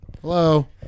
Hello